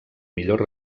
millor